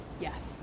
Yes